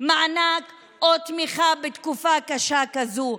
מענק או תמיכה בתקופה קשה כזו.